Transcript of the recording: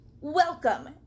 welcome